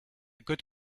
good